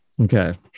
Okay